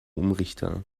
umrichter